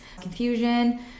confusion